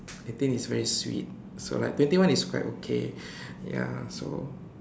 eighteen is very sweet so like twenty one is quite okay ya so